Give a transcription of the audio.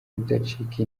kudacika